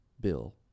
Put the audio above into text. Bill